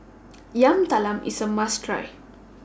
Yam Talam IS A must Try